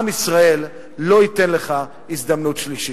עם ישראל לא ייתן לך הזדמנות שלישית.